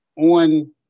on